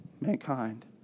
mankind